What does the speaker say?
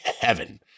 heaven